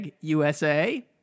#USA